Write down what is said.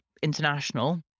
international